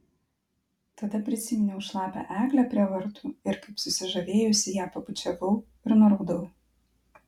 tada prisiminiau šlapią eglę prie vartų ir kaip susižavėjusi ją pabučiavau ir nuraudau